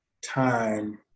time